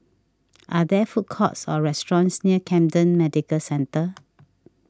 are there food courts or restaurants near Camden Medical Centre